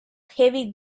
heavy